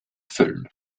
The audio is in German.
füllen